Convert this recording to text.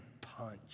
punch